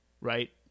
right